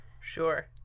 Sure